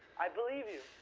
i believe you,